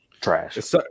Trash